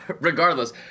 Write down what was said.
Regardless